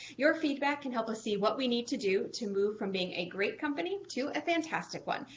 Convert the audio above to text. your feedback can help us see what we need to do to move from being a great company to a fantastic one.